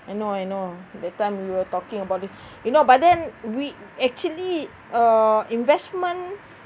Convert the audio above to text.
I know I know that time you were talking about it you know but then we actually uh investment